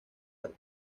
arte